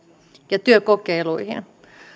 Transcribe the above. ja työkokeiluihin